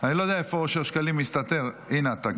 אני לא יודע איפה אושר שקלים מסתתר, הינה אתה.